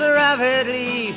rapidly